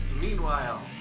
Meanwhile